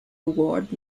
award